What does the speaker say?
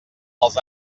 els